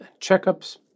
checkups